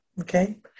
Okay